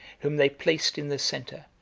whom they placed in the centre,